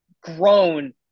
grown